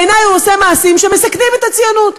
בעיני הוא עושה מעשים שמסכנים את הציונות.